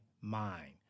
mind